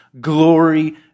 glory